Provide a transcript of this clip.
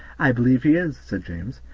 i believe he is, said james,